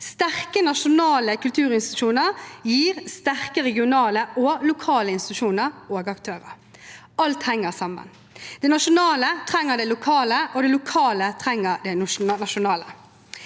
Sterke nasjonale kulturinstitusjoner gir sterke regionale og lokale institusjoner og aktører. Alt henger sammen. Det nasjonale trenger det lokale, og det lokale trenger det nasjonale.